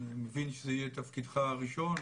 אני מבין שזה יהיה תפקידך הראשון